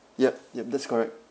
yup yup that's correct